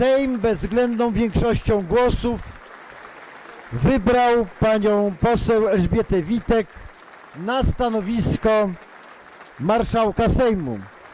Sejm bezwzględną większością głosów wybrał panią poseł Elżbietę Witek na stanowisko marszałka Sejmu.